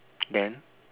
and